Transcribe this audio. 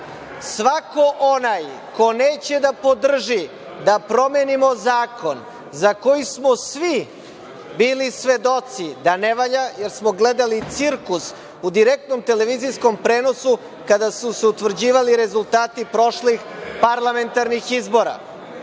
Svako onaj ko neće da podrži da promenimo zakon za koji smo svi bili svedoci da ne valja, jer smo gledali cirkus u direktnom tv prenosu kada su se utvrđivali rezultati prošlih parlamentarnih